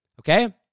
okay